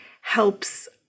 helps